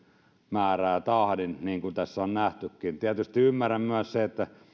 määräävät tahdin niin kuin tässä on nähtykin tietysti ymmärrän myös sen että